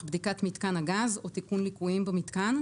בדיקת מיתקן הגז או תיקון ליקויים במיתקן,